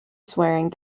swearing